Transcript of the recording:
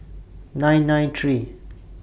nine nine three